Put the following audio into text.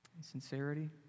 sincerity